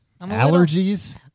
Allergies